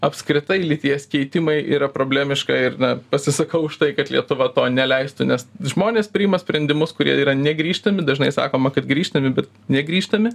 apskritai lyties keitimai yra problemiška ir na pasisakau už tai kad lietuva to neleistų nes žmonės priima sprendimus kurie yra negrįžtami dažnai sakoma kad grįžtami bet negrįžtami